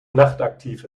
nachtaktiv